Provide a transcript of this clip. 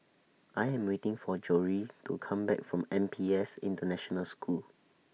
I Am waiting For Jory to Come Back from N P S International School